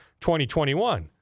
2021